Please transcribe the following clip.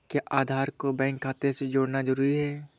क्या आधार को बैंक खाते से जोड़ना जरूरी है?